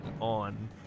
on